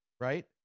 right